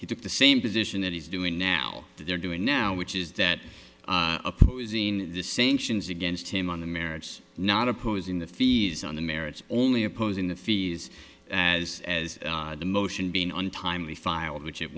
he took the same position that he's doing now that they're doing now which is that opposing the same sions against him on the merits not opposing the fees on the merits only opposing the fees as the motion being untimely filed which it